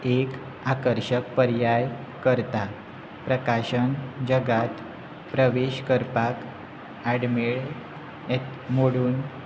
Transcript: एक आकर्शक पर्याय करता प्रकाशन जगांत प्रवेश करपाक आडमेळ मोडून